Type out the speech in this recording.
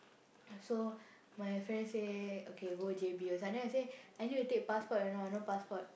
so my friend say okay go J_B also then I say I need take passport you know I no passport